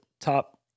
top